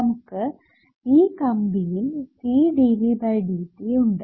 നമുക്ക് ഈ കമ്പിയിൽ CdVdtഉണ്ട്